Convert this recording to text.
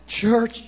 church